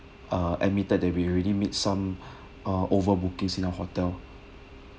uh admitted the we already made some uh over bookings in our hotel